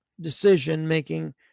decision-making